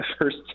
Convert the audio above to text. first